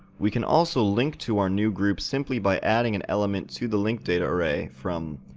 we can also link to our new group simply by adding an element to the linkdataarray, from,